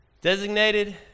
designated